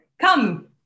Come